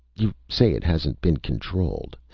you say it hasn't been controlled.